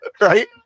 right